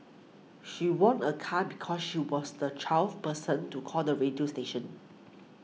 she won a car because she was the twelfth person to call the radio station